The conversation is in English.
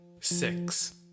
six